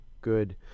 good